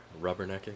rubbernecking